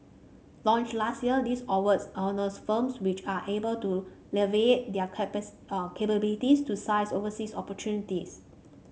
launched last year this award honours firms which are able to leverage their capacity capabilities to seize overseas opportunities